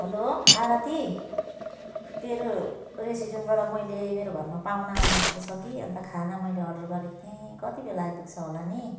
hello Aarti तेरो रेस्टुरेन्टबाट मैले मेरो घरमा पाहुना आउनुभएको छ कि अन्त खाना मैले अर्डर गरेको थिएँ कति बेला आइपुग्छ होला नि